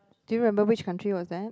do you remember which country was that